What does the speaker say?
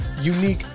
unique